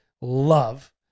love